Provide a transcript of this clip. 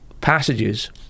passages